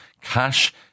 cash